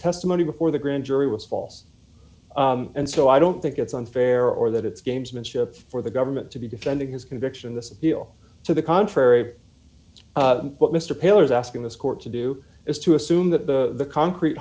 testimony before the grand jury was false and so i don't think it's unfair or that it's gamesmanship for the government to be defending his conviction this appeal to the contrary what mr pillers asking this court to do is to assume that the concrete